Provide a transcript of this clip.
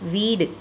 வீடு